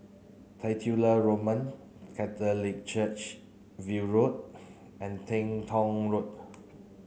Titular Roman Catholic Church View Road and Teng Tong Road